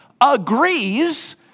agrees